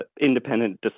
independent